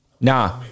Nah